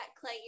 clay